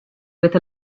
with